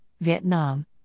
Vietnam